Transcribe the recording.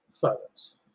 photos